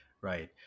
Right